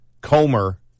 Comer